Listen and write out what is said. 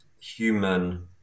human